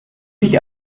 dich